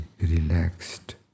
relaxed